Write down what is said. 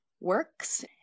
works